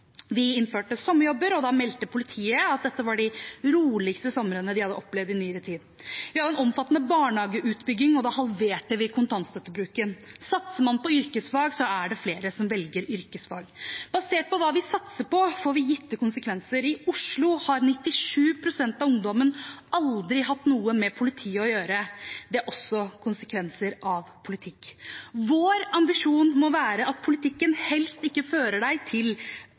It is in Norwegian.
Vi innførte sommerjobber, og da meldte politiet at dette var de roligste somrene de hadde opplevd i nyere tid. Vi hadde en omfattende barnehageutbygging, og da halverte vi kontantstøttebruken. Satser man på yrkesfag, er det flere som velger yrkesfag. Basert på hva vi satser på, får det gitte konsekvenser. I Oslo har 97 pst. av ungdommen aldri hatt noe med politiet å gjøre. Det er også en konsekvens av politikk. Vår ambisjon må være at politikken helst ikke fører en til